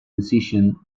decision